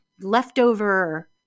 leftover